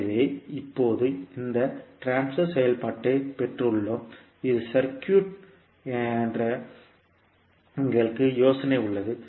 எனவே இப்போது இந்த பரிமாற்ற செயல்பாட்டைப் பெற்றுள்ளோம் இது சர்க்யூட் என்று எங்களுக்கு யோசனை உள்ளது